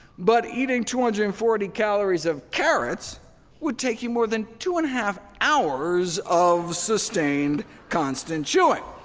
but eating two hundred and forty calories of carrots would take you more than two-and-a-half hours of sustained constant chewing.